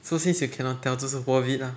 so since you cannot tell 就是 worth it lah